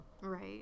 right